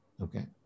Okay